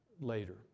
later